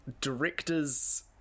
director's